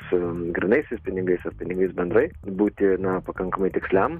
su grynaisiais pinigais ir pinigais bendrai būti nepakankamai tiksliam